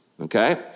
okay